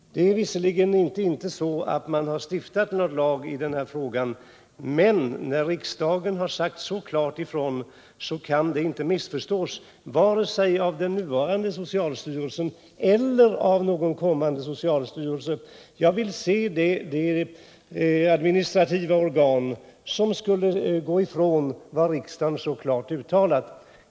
Det har visserligen inte stiftats någon lag i denna fråga, men när riksdagen har gjort ett så klart uttalande kan det inte missförstås av socialstyrelsen vare sig nu eller i framtiden. Jag skulle vilja se det ad ministrativa organ som skulle gå ifrån vad riksdagen så klart uttalat.